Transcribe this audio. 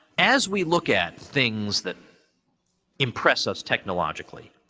as we look at things that impress us technologically,